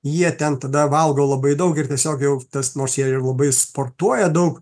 jie ten tada valgo labai daug ir tiesiog jau tas nors ir ir labai sportuoja daug